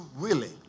willing